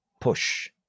push